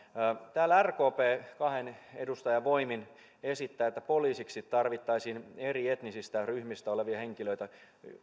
täällä rkp kahden edustajan voimin esittää että poliisiksi tarvittaisiin eri etnisistä ryhmistä olevia henkilöitä